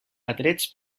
atrets